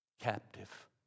Captive